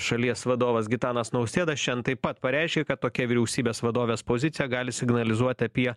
šalies vadovas gitanas nausėda šiandien taip pat pareiškė kad tokia vyriausybės vadovės pozicija gali signalizuot apie